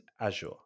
Azure